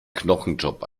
knochenjob